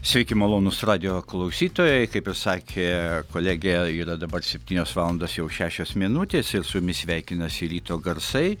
sveiki malonūs radijo klausytojai kaip ir sakė kolegė yra dabar septynios valandos jau šešios minutės ir su jumis sveikinasi ryto garsai